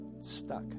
stuck